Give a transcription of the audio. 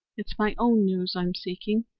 it's my own news i'm seeking.